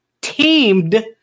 teamed